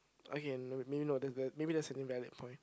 okay then maybe not there is a maybe that's invalid for him